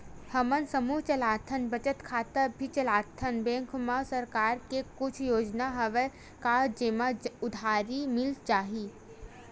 हमन समूह चलाथन बचत खाता भी चलाथन बैंक मा सरकार के कुछ योजना हवय का जेमा उधारी मिल जाय?